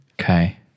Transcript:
Okay